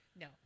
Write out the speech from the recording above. No